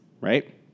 right